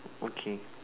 okay